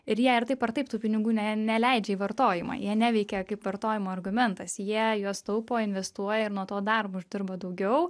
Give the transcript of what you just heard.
ir jie ar taip ar taip tų pinigų ne neleidžia į vartojimą jie neveikia kaip vartojimo argumentas jie juos taupo investuoja ir nuo to dar uždirba daugiau